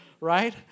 right